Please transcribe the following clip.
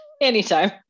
Anytime